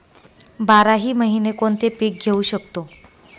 बाराही महिने कोणते पीक घेवू शकतो?